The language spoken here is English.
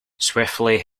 swiftly